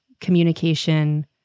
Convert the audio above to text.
communication